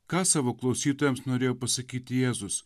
ką savo klausytojams norėjo pasakyti jėzus